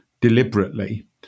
deliberately